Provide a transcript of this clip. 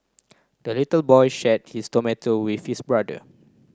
the little boy shared his tomato with his brother